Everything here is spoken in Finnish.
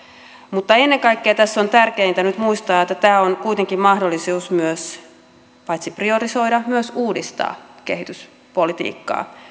mutta ennen kaikkea tässä on tärkeintä nyt muistaa että tämä on kuitenkin mahdollisuus paitsi priorisoida myös uudistaa kehityspolitiikkaa